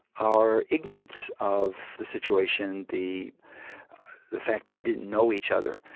our ignorance of the situation, the the fact that we didn't know each other,